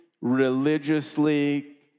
religiously